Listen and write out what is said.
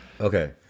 Okay